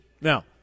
Now